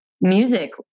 music